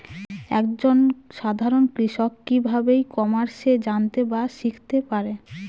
এক জন সাধারন কৃষক কি ভাবে ই কমার্সে জানতে বা শিক্ষতে পারে?